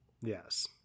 yes